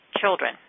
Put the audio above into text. children